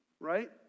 right